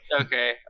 Okay